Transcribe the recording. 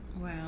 Wow